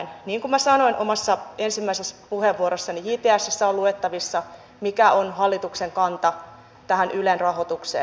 niin kuin minä sanoin omassa ensimmäisessä puheenvuorossani jtsssä on luettavissa mikä on hallituksen kanta tähän ylen rahoitukseen